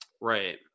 right